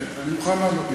אני מוכן לענות.